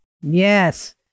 Yes